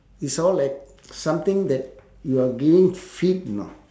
it's all like something that you are giving feed you know